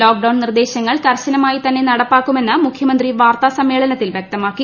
lockdown നിർദ്ദേശങ്ങൾ കർശനമായി തന്നെ നടപ്പാക്കുമെന്ന് മുഖ്യമന്ത്രി വാർത്താ സമ്മേളനത്തിൽ വൃക്തമാക്കി